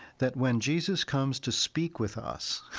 that when jesus comes to speak with us,